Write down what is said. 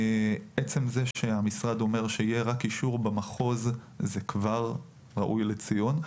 עצם זה שהמשרד אומר שיהיה רק אישור במחוז זה כבר ראוי לציון,